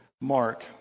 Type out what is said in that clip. Mark